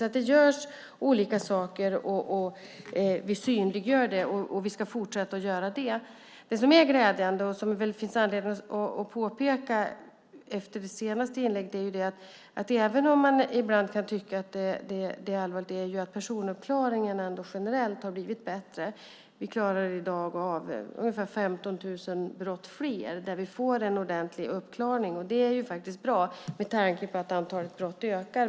Det görs alltså olika saker, vi synliggör det och vi ska fortsätta göra det. Det är ändå glädjande, vilket det finns anledning att påpeka efter det senaste inlägget, att personuppklaringen generellt har blivit bättre. Vi får i dag en ordentlig uppklaring i ungefär 15 000 fler brott, vilket är bra med tanke på att antalet brott ökar.